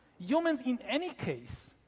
humans, in any case,